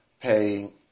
pay